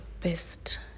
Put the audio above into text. best